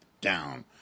Down